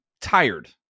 tired